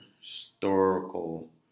historical